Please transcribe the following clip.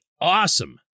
awesome